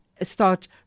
start